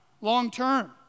long-term